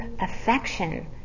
affection